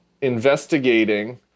investigating